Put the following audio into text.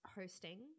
hosting